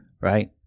Right